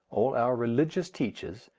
all our religious teachers,